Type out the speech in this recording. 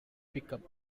become